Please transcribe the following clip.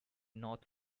north